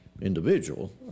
individual